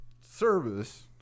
service